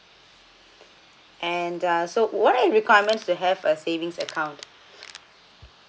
and uh so what are the requirements to have a savings account